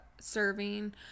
serving